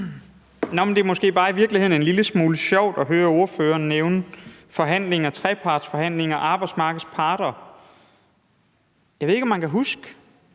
(DF): Det er i virkeligheden en lille smule sjovt at høre ordføreren nævne trepartsforhandlinger og arbejdsmarkedets parter. Jeg ved ikke, om man i